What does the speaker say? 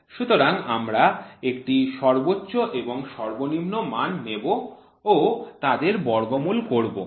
সুতরাং আমরা একটি সর্বোচ্চ এবং সর্বনিম্ন মান নেব ও তাদের বর্গমূল করব